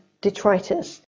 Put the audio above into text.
detritus